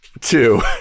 two